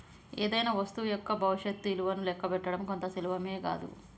ఏదైనా వస్తువు యొక్క భవిష్యత్తు ఇలువను లెక్కగట్టడం అంత సులువేం గాదు